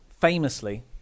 famously